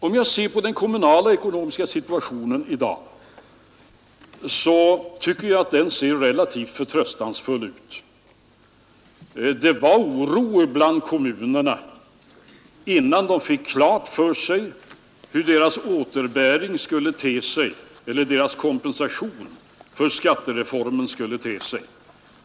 Om jag ser på den kommunala ekonomiska situationen i dag, tycker jag den ser relativt förtröstansfull ut. Det var oro bland kommunerna innan de fick klart för sig hur deras kompensation för skattereformen skulle te sig.